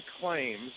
claims